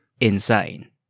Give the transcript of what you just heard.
insane